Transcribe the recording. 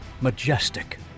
majestic